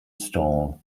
stall